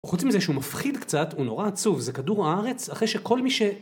חוץ מזה שהוא מפחיד קצת, הוא נורא עצוב. זה כדור הארץ, אחרי שכל מי ש...